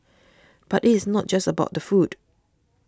but it is not just about the food